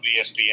ESPN